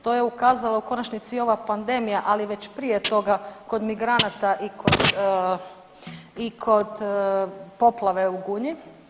To je ukazala u konačnici i ova pandemija, ali već prije toga kod migranata i kod, i kod poplave u Gunji.